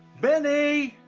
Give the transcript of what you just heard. bennie!